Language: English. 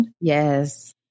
Yes